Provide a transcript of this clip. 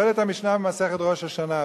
שואלת המשנה במסכת ראש השנה,